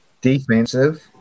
defensive